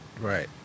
Right